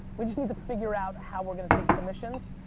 we just need to figure out how we're gonna take submissions.